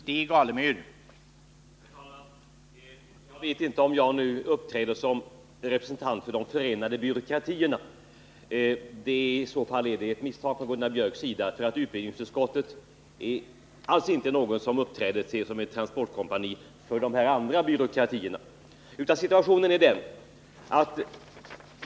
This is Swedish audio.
Herr talman! Jag vet inte om Gunnar Biörck tycker att jag nu uppträder som representant för de förenade byråkratierna. I så fall är det ett misstag från hans sida, för utbildningsutskottet uppträder inte alls som ett transportkompani för de av honom nämnda andra byråkratierna.